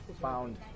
found